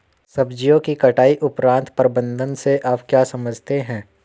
सब्जियों की कटाई उपरांत प्रबंधन से आप क्या समझते हैं?